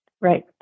right